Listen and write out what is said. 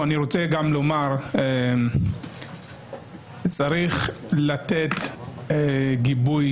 אני רוצה לומר שצריך לתת גיבוי,